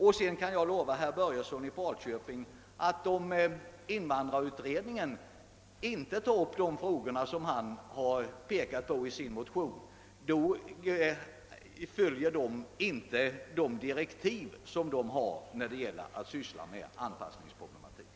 Till sist vill jag säga till herr Börjesson i Falköping, att om invandrarutredningen inte tar upp de frågor som han berört i sin motion, så följer utredningen inte de direktiv den fått för sitt arbete när det gäller anpassningsproblemen.